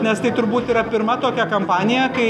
nes tai turbūt yra pirma tokia kampanija kai